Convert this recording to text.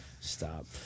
Stop